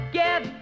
get